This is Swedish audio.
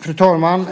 Fru talman!